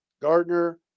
Gardner